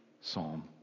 psalm